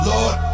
Lord